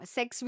Sex